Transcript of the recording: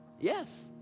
Yes